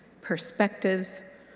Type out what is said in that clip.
perspectives